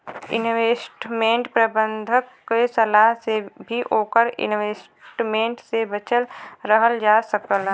investment प्रबंधक के सलाह से भी ओवर इन्वेस्टमेंट से बचल रहल जा सकला